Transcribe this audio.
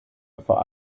vor